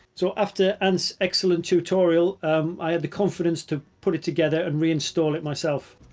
so after ant's excellent tutorial um i had the confidence to put it together and reinstall it myself.